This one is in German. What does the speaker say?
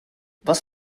was